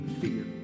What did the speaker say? fear